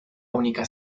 única